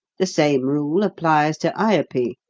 the same rule applies to ayupee.